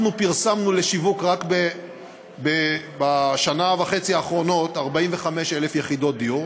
אנחנו פרסמנו לשיווק רק בשנה וחצי האחרונות 45,000 יחידות דיור.